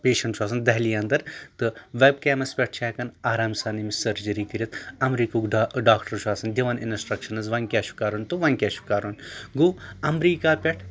patient چھُ آسان دہلی اَندَر تہٕ وٮ۪ب کیمَس پٮ۪ٹھ چھِ ہٮ۪کَان آرام سان أمِس سٔرجٔری کٔرِتھ اَمریٖکہُک ڈاکٹر چھُ آسَان دِوان اِنَسٹرٛکشَنٕز وۄنۍ کیاہ چھُ کَرُن تہٕ وۄنۍ کیاہ چھُ کَرُن گوٚو اَمریٖکہ پٮ۪ٹھ